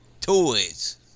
toys